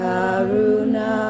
Karuna